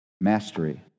Mastery